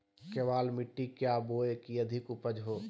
केबाल मिट्टी क्या बोए की अधिक उपज हो?